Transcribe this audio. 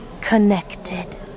connected